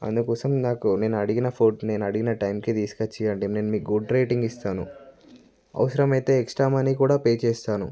అందుకోసం నాకు నేను అడిగిన ఫుడ్ నేను అడిగిన టైంకి తీసుకొచ్చి ఇవ్వండి నేను మీకు గుడ్ రేటింగ్ ఇస్తాను అవసరం అయితే ఎక్స్ట్రా మనీ కూడా పే చేస్తాను